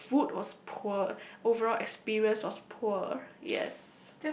the food was poor overall experience was poor yes